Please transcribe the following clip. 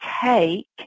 take